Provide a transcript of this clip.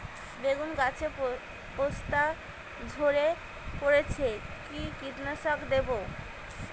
বেগুন গাছের পস্তা ঝরে পড়ছে কি কীটনাশক দেব?